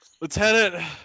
Lieutenant